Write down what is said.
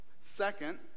Second